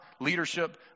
leadership